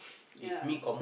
ya